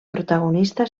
protagonista